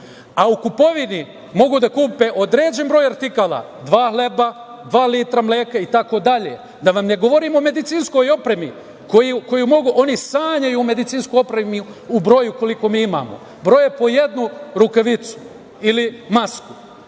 a u kupovini mogu da kupe određen broj artikala, dva hleba, dva litra mleka itd. Da vam ne govorim o medicinskoj opremi, oni sanjaju o medicinskoj opremi u broju koliko mi imamo. Broje po jednu rukavicu ili masku,